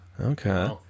Okay